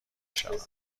شود